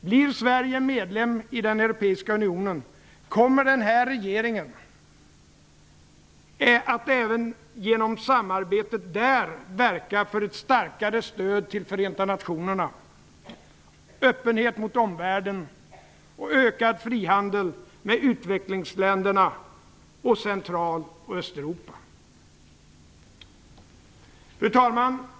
Blir Sverige medlem i den europeiska unionen, kommer den här regeringen att även genom samarbetet där verka för ett starkare stöd till Förenta nationerna, för öppenhet mot omvärlden och för ökad frihandel med utvecklingsländerna och Fru talman!